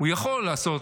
הוא יכול לעשות